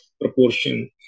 proportion